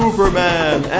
Superman